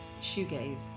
shoegaze